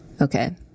Okay